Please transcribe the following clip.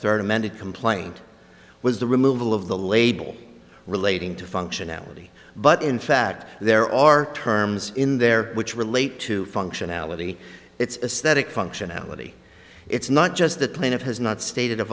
third amended complaint was the removal of the label relating to functionality but in fact there are terms in there which relate to functionality it's a static functionality it's not just that plaintiff has not stated a